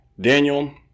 Daniel